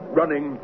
running